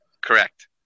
Correct